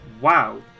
Wow